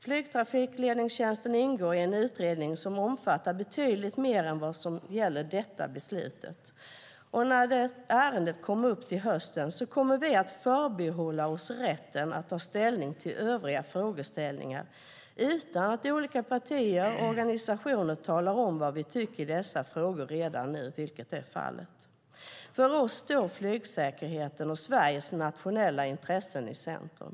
Flygtrafikledningstjänsten ingår i en utredning som omfattar betydligt mer än vad som gäller detta beslut. När ärendet kommer upp till hösten förbehåller vi oss rätten att ta ställning till övriga frågor utan att olika partier och organisationer talar om vad vi tycker i dessa frågor redan nu, vilket är fallet. För oss står flygsäkerheten och Sveriges nationella intressen i centrum.